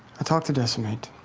i talked to decimate.